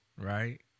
right